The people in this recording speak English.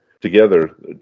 Together